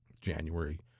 January